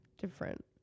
different